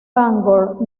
bangor